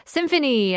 Symphony